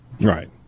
Right